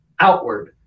outward